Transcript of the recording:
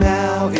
now